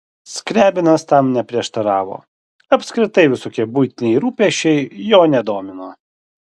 skriabinas tam neprieštaravo apskritai visokie buitiniai rūpesčiai jo nedomino